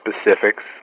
specifics